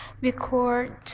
record